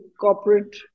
corporate